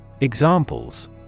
Examples